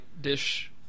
dish